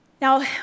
Now